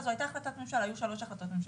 היו שלוש החלטות ממשלה.